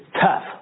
tough